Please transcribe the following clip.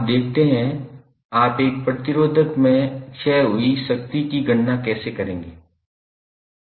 अब देखते हैं आप एक प्रतिरोधक में क्षय हुई शक्ति की गणना कैसे करेंगे